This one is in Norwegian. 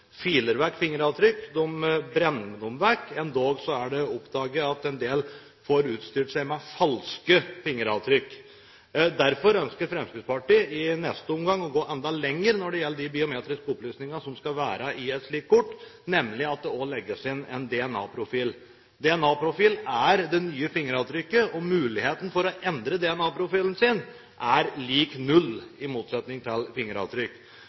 filer vekk fingeravtrykk, de brenner dem vekk. Endog er det oppdaget at en del får utstyrt seg med falske fingeravtrykk. Derfor ønsker Fremskrittspartiet i neste omgang å gå enda lenger når det gjelder de biometriske opplysningene som skal være i et slikt kort, nemlig at det også legges inn en DNA-profil. DNA-profilen er det nye fingeravtrykket. Muligheten for å endre DNA-profilen sin er lik null, i motsetning til fingeravtrykk.